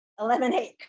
eliminate